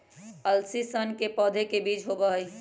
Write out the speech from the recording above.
अलसी सन के पौधे के बीज होबा हई